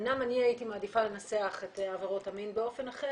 אמנם אני הייתי מעדיפה לנסח את עבירות המין באופן אחר